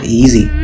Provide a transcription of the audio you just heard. easy